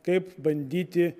kaip bandyti